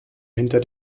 hinter